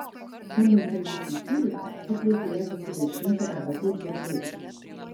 skambinsiantis į ciurichą pakvietė ją pasivaišinti arbata ir pyragaičiais